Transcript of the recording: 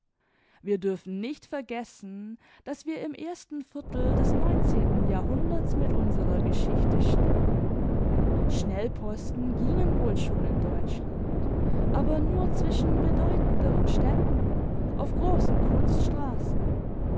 wir dürfen nicht vergessen daß wir im ersten viertel des neunzehnten jahrhunderts mit unserer geschichte stehen schnellposten gingen wohl schon in deutschland aber nur zwischen bedeutenderen städten auf großen kunststraßen